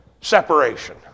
separation